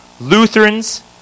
Lutherans